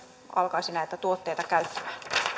alkaisi näitä tuotteita käyttämään